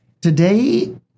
today